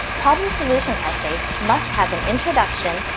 problem-solution essays must have an introduction,